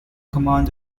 command